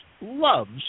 loves